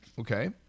Okay